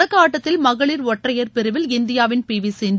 தொடக்க ஆட்டத்தில் மகளிட் ஒற்றையா் பிரிவில் இந்தியாவின் பி வி சிந்து